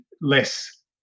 less